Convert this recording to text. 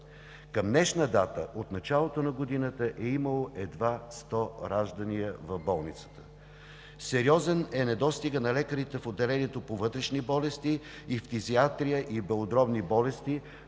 Към днешна дата от началото на годината е имало едва 100 раждания в болницата. Сериозен е недостигът на лекари в отделението по „Вътрешни болести“, „Фтизиатрия“ и „Белодробни болести“,